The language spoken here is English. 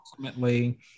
ultimately